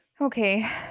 Okay